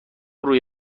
روی